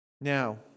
Now